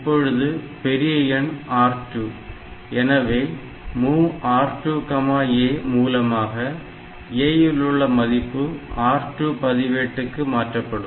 இப்பொழுது பெரிய எண் R2 எனவே MOV R2A மூலமாக A இல் உள்ள மதிப்பு R2 பதிவேட்டுக்கு மாற்றப்படும்